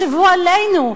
תחשבו עלינו,